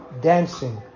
dancing